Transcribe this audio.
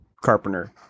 Carpenter